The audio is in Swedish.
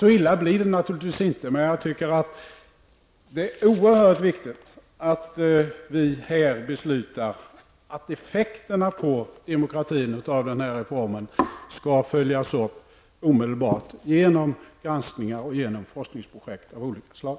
Så illa blir det naturligtvis inte, men jag tycker att det är oerhört viktigt att vi här beslutar att effekterna på demokratin av den här reformen skall följas upp omedelbart genom granskningar och forskningsprojekt av olika slag.